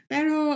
Pero